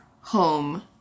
home